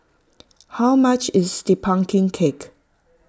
how much is the Pumpkin Cake